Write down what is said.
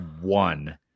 one